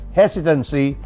hesitancy